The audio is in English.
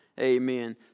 Amen